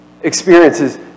experiences